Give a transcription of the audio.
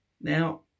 Now